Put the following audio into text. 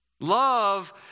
Love